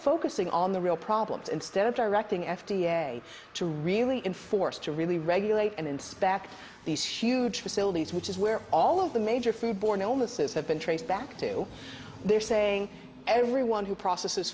focusing on the real problems instead of directing f d a to really enforce to really regulate and inspect these huge facilities which is where all of the major food borne illnesses have been traced back to they're saying everyone who process